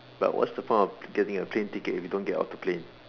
but what's the point of getting a plane ticket if you don't get off the plane